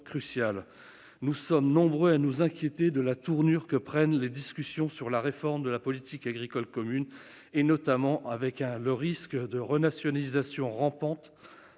cruciales. Nous sommes nombreux à nous inquiéter de la tournure que prennent les discussions sur la réforme de la politique agricole commune (PAC), notamment le risque de renationalisation rampante